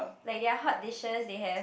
like their hot dishes they have